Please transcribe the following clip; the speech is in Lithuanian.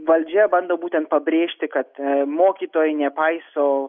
valdžia bando būtent pabrėžti kad mokytojai nepaiso